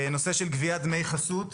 נושא של גביית דמי חסות,